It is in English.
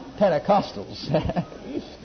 Pentecostals